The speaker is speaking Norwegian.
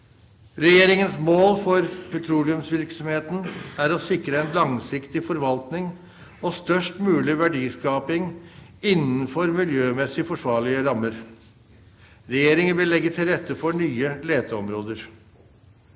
Regjeringens mål for petroleumsvirksomheten er å sikre en langsiktig forvaltning og størst mulig verdiskaping innenfor miljømessig forsvarlige rammer. Regjeringen vil legge til rette for nye leteområder.